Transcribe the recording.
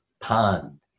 pond